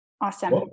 Awesome